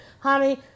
honey